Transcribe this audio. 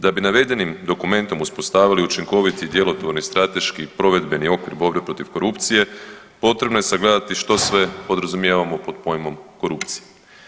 Da bi navedenim dokumentom uspostavili učinkovit i djelotvorni strateški provedbeni okvir borbe protiv korupcije potrebno je sagledati što sve podrazumijevamo pod pojmom korupcije.